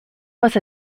was